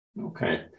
Okay